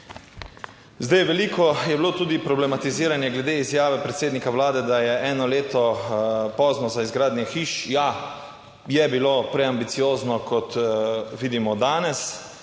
je bilo tudi problematiziranje glede izjave predsednika Vlade, da je eno leto pozno za izgradnjo hiš. Ja, je bilo preambiciozno, kot vidimo danes.